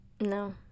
No